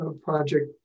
project